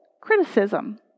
criticism